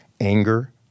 anger